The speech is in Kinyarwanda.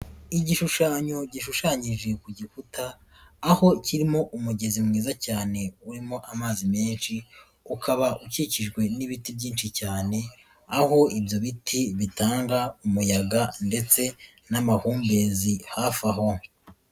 igishushanyo gishushanyije ku gikuta, aho kirimo umugezi mwiza cyane urimo amazi menshi ukaba ukikijwe n'ibiti byinshi cyane, aho ibyo biti bitanga umuyaga ndetse n'amahumbezi hafi aho.